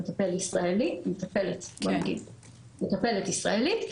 למטפלת ישראלית,